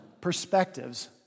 perspectives